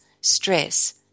stress